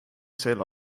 sel